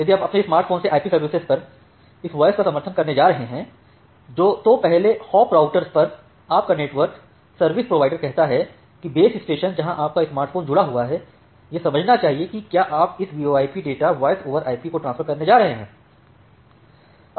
यदि आप अपने स्मार्टफोन से आईपी सर्विसेज पर इस वॉयस का समर्थन करने जा रहे हैं तो पहले हॉप राउटर पर आपका नेटवर्क सर्विस प्रोवाइडर कहता है कि बेस स्टेशन जहां आपका स्मार्टफोन जुड़ा हुआ है यह समझना चाहिए कि क्या आप इस VoIP data voice over IP data को ट्रांसफर करने जा रहे हैं